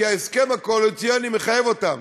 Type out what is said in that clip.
כי ההסכם הקואליציוני מחייב אותם,